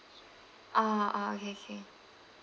ah ah okay okay